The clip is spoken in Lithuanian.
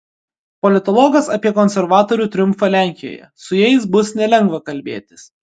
politologas apie konservatorių triumfą lenkijoje su jais bus nelengva kalbėtis